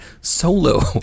Solo